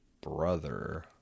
brother